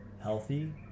healthy